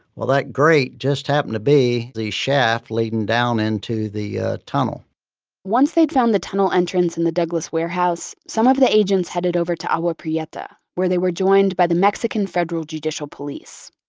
well, that grate just happened to be the shaft leading down into the ah tunnel once they'd found the tunnel entrance in the douglas warehouse, some of the agents headed over to agua prieta, where they were joined by the mexican federal judicial police.